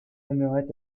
aimeraient